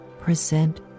present